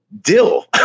dill